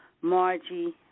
Margie